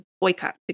boycott